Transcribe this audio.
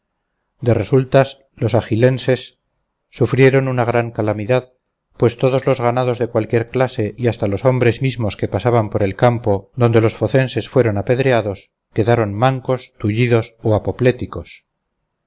de resultas los agyllenses sufrieron una gran calamidad pues todos los ganados de cualquiera clase y hasta los hombres mismos que pasaban por el campo donde los focenses fueron apedreados quedaban mancos tullidos o